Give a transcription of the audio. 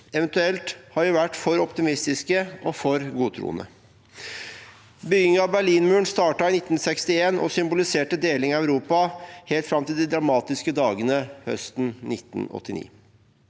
Eventuelt har vi vært for optimistiske og for godtroende. Byggingen av Berlinmuren startet i 1961 og symboliserte delingen av Europa helt fram til de dramatiske dagene høsten 1989